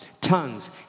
tongues